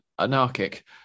anarchic